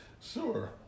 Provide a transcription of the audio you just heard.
Sure